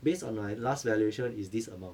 based on my last valuation it's this amount